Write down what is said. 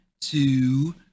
two